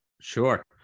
Sure